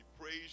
praise